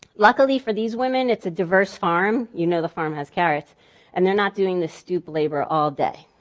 luckily for these women, it's a diverse farm. you know the farm has carrots and they're not doing the stoop labor all day.